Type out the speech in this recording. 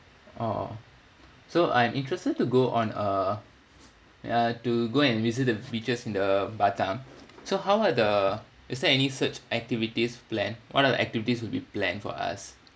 oh so I'm interested to go on a uh to go and visit the features in the batam so how are the is there any such activities planned what are the activities will be planned for us